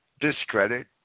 discredit